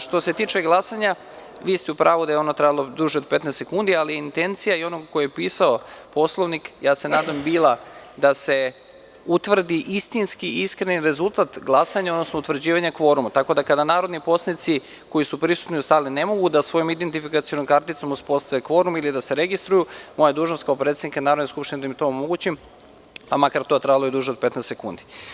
Što se tiče glasanja, vi ste u pravu da je ono trajalo duže od 15 sekundi ali intencija i onog koji je pisao Poslovnik, nadam se da je bila, da se utvrdi istinski i iskreni rezultat glasanja, odnosno utvrđivanja kvoruma, tako da kada narodni poslanici koji su prisutni u sali ne mogu da svojim identifikacionim karticama uspostave kvorum ili da se registruju, moja dužnost kao predsednika Narodne skupštine jeste da im to omogući pa makar to trajalo i duže od 15 sekundi.